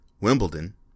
Wimbledon